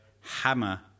hammer